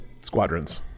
squadrons